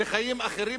לחיים אחרים,